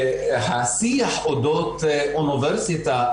באף מוסד מהם אין מרצים שמלמדים בערבית,